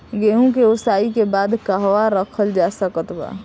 गेहूँ के ओसाई के बाद कहवा रखल जा सकत बा?